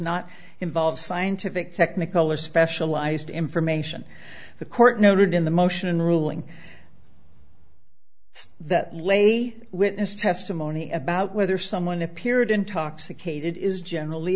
not involve scientific technical or specialized information the court noted in the motion in ruling that lay witness testimony about whether someone appeared intoxicated is generally